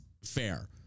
fair